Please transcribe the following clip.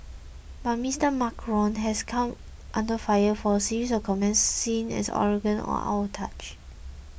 but Mr Macron has come under fire for a series of comments seen as arrogant or out of touch